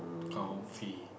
comfy